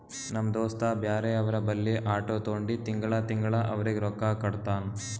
ನಮ್ ದೋಸ್ತ ಬ್ಯಾರೆ ಅವ್ರ ಬಲ್ಲಿ ಆಟೋ ತೊಂಡಿ ತಿಂಗಳಾ ತಿಂಗಳಾ ಅವ್ರಿಗ್ ರೊಕ್ಕಾ ಕೊಡ್ತಾನ್